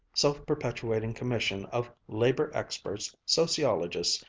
self-perpetuating commission of labor experts, sociologists,